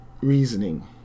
reasoning